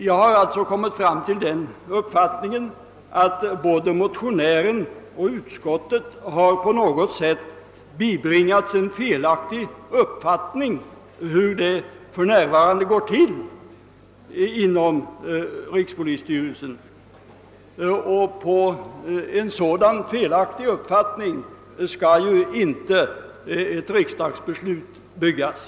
Jag har kommit till den uppfattningen att såväl motionären som utskottet på något sätt har bibringats en felaktig föreställning om hur det för närvarande går till i rikspolisstyrelsen, men ett riksdagsbeslut skall ju inte byggas på en sådan felaktig uppfattning.